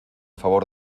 favor